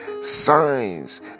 signs